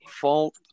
fault